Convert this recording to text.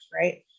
right